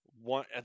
one